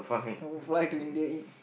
uh fly to India eat